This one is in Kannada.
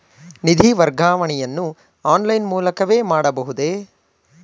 ನಿಧಿ ವರ್ಗಾವಣೆಯನ್ನು ಆನ್ಲೈನ್ ಮೂಲಕವೇ ಮಾಡಬಹುದೇ?